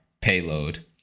payload